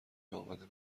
امدن